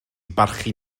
barchu